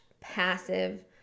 passive